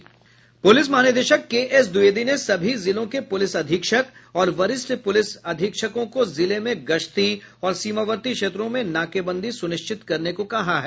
प्रलिस महानिदेशक के एसद्विवेदी ने सभी जिलों के प्रलिस अधीक्षक और वरिष्ठ पुलिस अधीक्षकों को जिले में गश्ती और सीमावर्ती क्षेत्रों में नाकेबंदी सुनिश्चित करने को कहा है